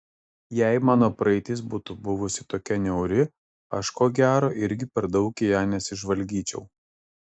jei mano praeitis būtų buvusi tokia niauri aš ko gero irgi per daug į ją nesižvalgyčiau